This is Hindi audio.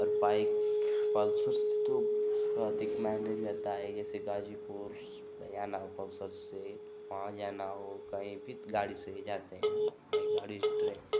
और बाइक़ पल्सर तो थोड़ा अधिक मैनेज भी हो जाता है जैसे गाज़ीपुर जाना हो पल्सर से वहाँ जाना हो कहीं भी गाड़ी से ही जाते हैं भाई गाड़ी